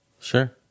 Sure